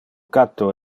catto